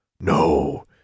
No